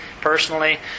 personally